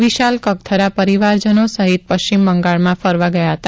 વિશાલ કગથરા પરિવારજનો સહિત પશ્ચિમ બંગાળમાં ફરવા ગયા હતા